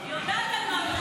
היא יודעת על מה מדובר.